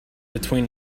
between